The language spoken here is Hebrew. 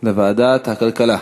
לוועדת הכלכלה.